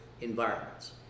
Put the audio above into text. environments